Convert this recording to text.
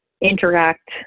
interact